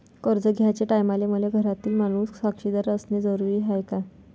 कर्ज घ्याचे टायमाले मले घरातील माणूस साक्षीदार असणे जरुरी हाय का?